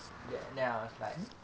then then I was like